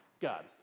God